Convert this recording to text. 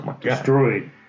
Destroyed